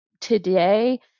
today